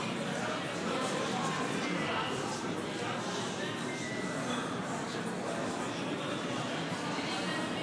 רבותיי חברי הכנסת, להלן תוצאות ההצבעה: 46 בעד,